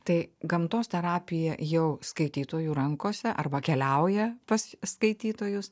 tai gamtos terapija jau skaitytojų rankose arba keliauja pas skaitytojus